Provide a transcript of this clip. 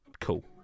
cool